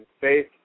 faith